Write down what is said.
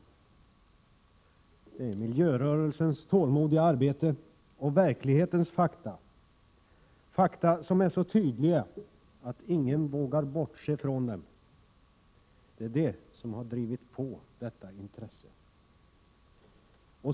Det är miljörörelsens tålmodiga arbete och verklighetens fakta — fakta som är så tydliga att ingen vågar bortse från dem — som har drivit på detta intresse.